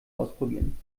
ausprobieren